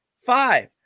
five